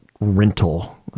rental